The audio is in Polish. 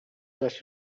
zaś